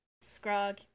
Scrog